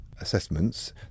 assessments